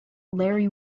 larry